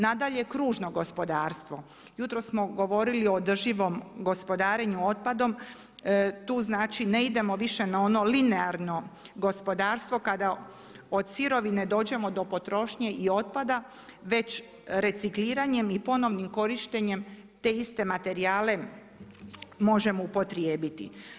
Nadalje, kružno gospodarstvo, jutros smo govorili o održivom gospodarenju otpadom, tu znači ne idemo više na ono linearno gospodarstvo, kada od sirovine dođemo do potrošnje i otpada, već recikliranjem i ponovnim korištenjem te iste materijale možemo upotrijebiti.